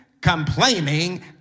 complaining